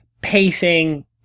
pacing